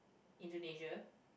Indonesia